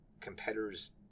competitors